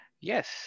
Yes